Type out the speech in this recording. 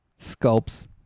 sculpts